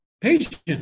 patient